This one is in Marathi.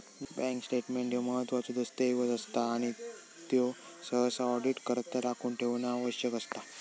बँक स्टेटमेंट ह्यो महत्त्वाचो दस्तऐवज असता आणि त्यो सहसा ऑडिटकरता राखून ठेवणा आवश्यक असता